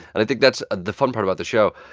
and i think that's the fun part about the show.